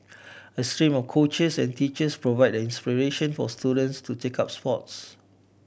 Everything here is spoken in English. a stream of coaches and teachers provide the inspiration for students to take up sports